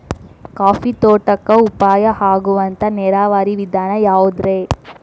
Coffee ತೋಟಕ್ಕ ಉಪಾಯ ಆಗುವಂತ ನೇರಾವರಿ ವಿಧಾನ ಯಾವುದ್ರೇ?